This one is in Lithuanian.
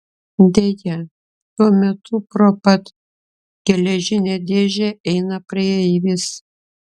deja tuo metu pro pat geležinę dėžę eina praeivis